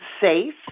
safe